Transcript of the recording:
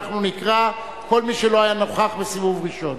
אנחנו נקרא את כל מי שלא היה נוכח בסיבוב ראשון.